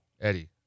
Eddie